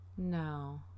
No